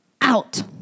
out